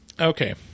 Okay